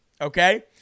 okay